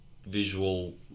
visual